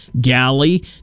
Galley